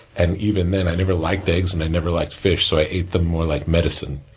and, even then, i never liked eggs, and i never liked fish, so i ate them more like medicine.